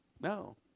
No